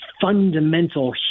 fundamental